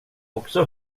också